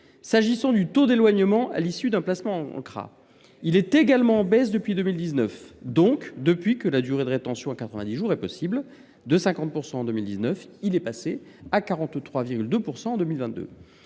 ou à 6 %. Le taux d’éloignement à l’issue d’un placement en CRA est également en baisse depuis 2019, donc depuis que la durée de rétention à quatre vingt dix jours est possible : de 50 % en 2019, il est passé à 43,2 % en 2022.